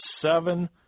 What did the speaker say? seven